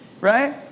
right